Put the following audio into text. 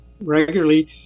regularly